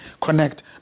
connect